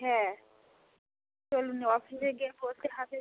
হ্যাঁ চলুন অফিসে গিয়ে বলতে হবে